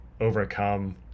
overcome